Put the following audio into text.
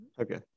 okay